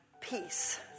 peace